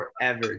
forever